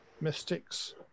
mystics